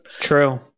True